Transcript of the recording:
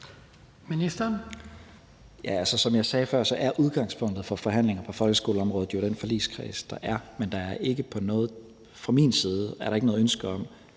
Tesfaye): Altså, som jeg sagde før, er udgangspunktet for forhandlinger på folkeskoleområdet jo den forligskreds, der er, men der er ikke fra min side noget ønske om